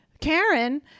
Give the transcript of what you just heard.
karen